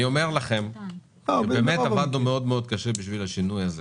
אנחנו באמת עבדנו מאוד קשה בשביל השינוי הזה.